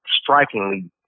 strikingly